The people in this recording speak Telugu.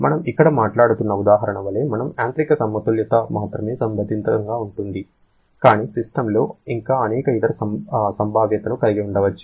మనము ఇక్కడ మాట్లాడుతున్న ఉదాహరణ వలె మనము యాంత్రిక సమతుల్యత మాత్రమే సంబంధితంగా ఉంటుంది కానీ సిస్టమ్లో ఇంకా అనేక ఇతర సంభావ్యతలు కలిగి ఉండవచ్చు